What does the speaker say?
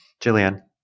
Jillian